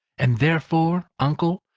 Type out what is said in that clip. and therefore, uncle,